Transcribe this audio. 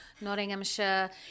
Nottinghamshire